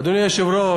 אדוני היושב-ראש,